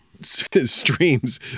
streams